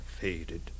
faded